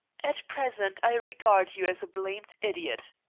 at present i regard you as a blamed idiot.